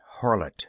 harlot